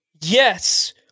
Yes